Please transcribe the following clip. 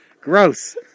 Gross